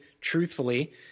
truthfully